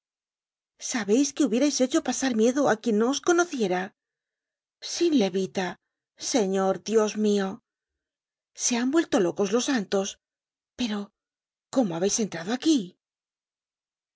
sabeis que hubiérais hecho pasar miedo á quien no os conociera sin levita señor dios mio se han vuelto locos los santos pero cómo habeis entrado aquí